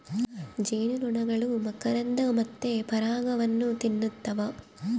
ಜೇನುನೊಣಗಳು ಮಕರಂದ ಮತ್ತೆ ಪರಾಗವನ್ನ ತಿನ್ನುತ್ತವ